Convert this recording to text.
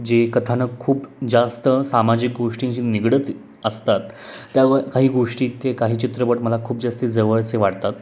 जे कथानक खूप जास्त सामाजिक गोष्टींशी निगडित असतात त्या काही गोष्टीत ते काही चित्रपट मला खूप जास्ती जवळचे वाटतात